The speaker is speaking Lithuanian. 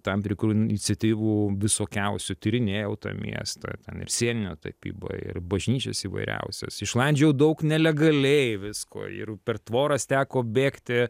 tam tikrų iniciatyvų visokiausių tyrinėjau tą miestą ten ir sieninę tapybą ir bažnyčias įvairiausias išlandžiojau daug nelegaliai visko ir per tvoras teko bėgti